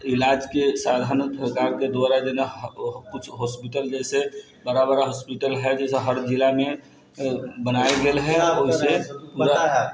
इलाजके साधन सरकारके द्वारा जेना हऽ कुछ हॉस्पिटल जैसे बड़ा बड़ा हॉस्पिटल हय जैसे हर जिलामे बनायल गेल हय ओइसे